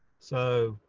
so,